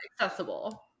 accessible